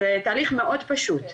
זה תהליך מאוד פשוט.